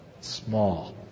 small